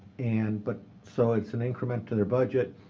and but so it's an increment to their budget.